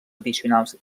addicionals